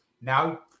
Now